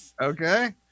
Okay